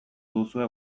duzue